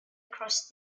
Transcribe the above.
across